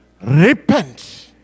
repent